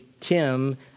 Tim